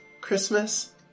Christmas